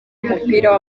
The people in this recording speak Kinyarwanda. w’umupira